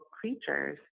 creatures